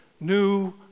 new